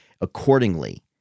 accordingly